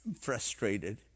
frustrated